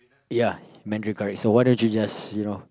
ya mandarin correct so why don't you just you know